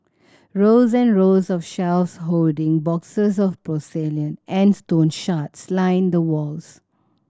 rows and rows of shelves holding boxes of porcelain and stone shards line the walls